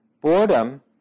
boredom